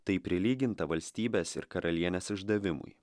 tai prilyginta valstybės ir karalienės išdavimui